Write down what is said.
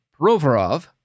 Provorov